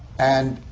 and